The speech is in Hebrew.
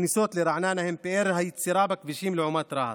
הכניסות לרעננה הן פאר היצירה בכבישים לעומת רהט.